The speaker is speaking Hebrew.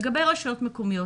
לגבי רשויות מקומיות